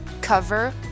cover